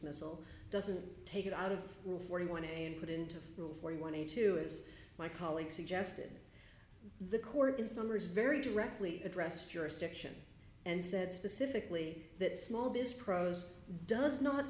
dismissal doesn't take it out of rule forty one and put into rule forty one a two as my colleague suggested the court in summary is very directly addressed jurisdiction and said specifically that small biz pros does not